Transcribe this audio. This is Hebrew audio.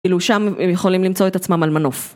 כאילו שם הם יכולים למצוא את עצמם על מנוף.